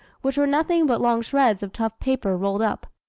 which were nothing but long shreds of tough paper rolled up.